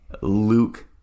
luke